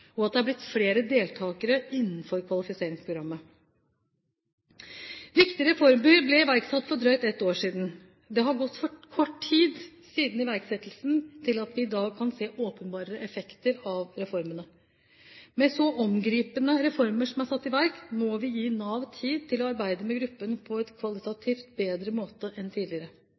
og at det er blitt flere deltakere innenfor kvalifiseringsprogrammet. Viktige reformer ble iverksatt for drøyt ett år siden. Det har gått for kort tid siden iverksettelsen til at vi i dag kan se åpenbare effekter av reformene. Med så omseggripende reformer som er satt i verk, må vi gi Nav tid til å arbeide med gruppen på en kvalitativt bedre måte enn tidligere.